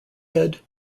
head